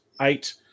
eight